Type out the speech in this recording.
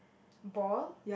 ball